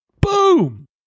Boom